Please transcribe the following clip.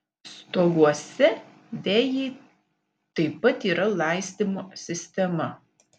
stoguose vejai taip pat yra laistymo sistema